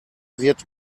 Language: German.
wird